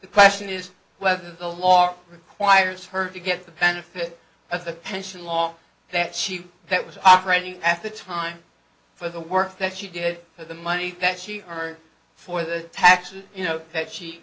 my question is whether the law requires her to get the benefit of the pension law that she that was operating at the time for the work that she did for the money that she heard for the taxes you know that she